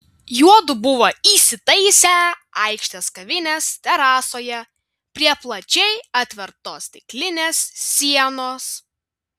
juodu buvo įsitaisę aikštės kavinės terasoje prie plačiai atvertos stiklinės sienos